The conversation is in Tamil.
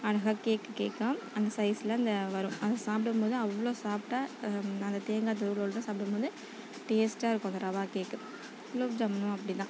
அழகாக கேக்கு கேக்காக அந்த சைஸில் அந்த வரும் அதை சாப்பிடும் போது அவ்வளோ சாஃப்டாக அந்த தேங்காய் துருவலோடலாம் சாப்பிடும் போது டேஸ்டாக இருக்கும் அந்த ரவா கேக்கு குலோப் ஜாமுனும் அப்படிதான்